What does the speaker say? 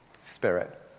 spirit